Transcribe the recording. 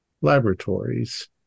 laboratories